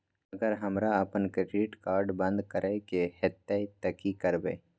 अगर हमरा आपन क्रेडिट कार्ड बंद करै के हेतै त की करबै?